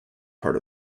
part